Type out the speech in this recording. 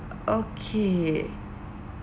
okay